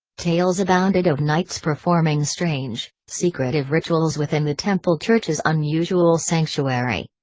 tales abounded of knights performing strange, secretive rituals within the temple church's unusual sanctuary.